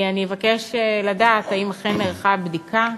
אני אבקש לדעת: האם אכן נערכה הבדיקה?